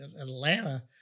Atlanta